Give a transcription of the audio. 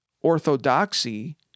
Orthodoxy